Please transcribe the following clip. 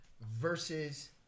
versus